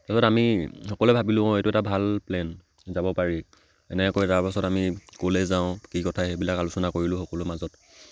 তাৰপিছত আমি সকলোৱে ভাবিলোঁ অঁ এইটো এটা ভাল প্লেন যাব পাৰি এনেকৈ তাৰপাছত আমি ক'লৈ যাওঁ কি কথা সেইবিলাক আলোচনা কৰিলোঁ সকলো মাজত